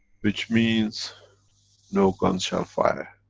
which means no guns shall fire,